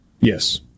Yes